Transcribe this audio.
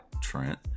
Trent